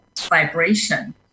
vibration